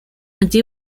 allí